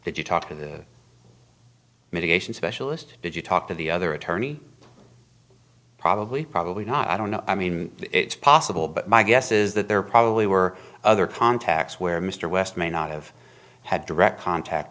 did you talk to the mitigation specialist did you talk to the other attorney probably probably not i don't know i mean it's possible but my guess is that there probably were other contacts where mr west may not have had direct contact